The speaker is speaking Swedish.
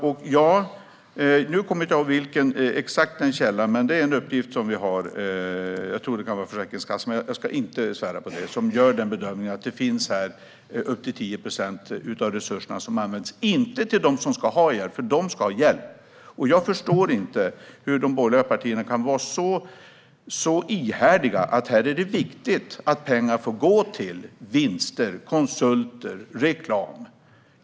Vi har fått uppgiften att man gör bedömningen - jag kommer inte ihåg exakt vilken källa den kommer från, det kan vara Försäkringskassan men det ska jag inte svära på - att upp till 10 procent av resurserna inte används till dem som ska ha hjälp, för de ska ha hjälp. Jag förstår inte hur de borgerliga partierna kan vara så ihärdiga med att det i detta sammanhang är viktigt att pengar får gå till vinster, konsulter och reklam.